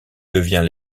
devient